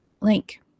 link